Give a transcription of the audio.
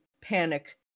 panic